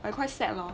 but quite sad lor